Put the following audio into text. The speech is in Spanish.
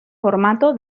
formato